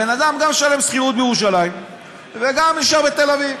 הבן אדם גם משלם שכירות בירושלים וגם נשאר בתל אביב.